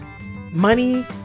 Money